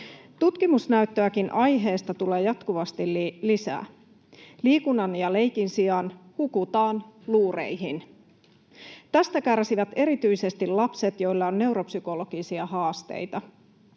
Tutkimusnäyttöäkin aiheesta tulee jatkuvasti lisää. Liikunnan ja leikin sijaan hukutaan luureihin. Tästä kärsivät erityisesti lapset, joilla on neuropsykologisia haasteita.